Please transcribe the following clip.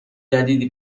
جدیدی